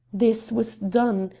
this was done,